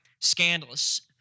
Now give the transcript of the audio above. scandalous